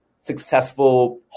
successful